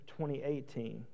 2018